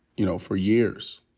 you know, for years.